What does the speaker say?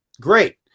great